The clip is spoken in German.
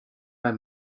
bei